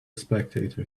spectator